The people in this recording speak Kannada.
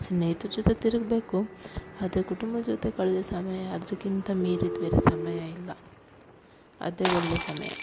ಸ್ನೇಹಿತರ್ ಜೊತೆ ತಿರುಗಬೇಕು ಆದರೆ ಕುಟುಂಬದ ಜೊತೆ ಕಳ್ದಿದ್ದ ಸಮಯ ಅದ್ರಕ್ಕಿಂತ ಮೀರಿದ ಬೇರೆ ಸಮಯ ಇಲ್ಲ ಅದೇ ಒಳ್ಳೆ ಸಮಯ